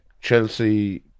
Chelsea